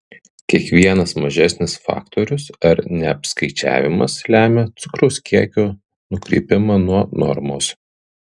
kiekvienas mažesnis faktorius ar neapskaičiavimas lemia cukraus kiekio nukrypimą nuo normos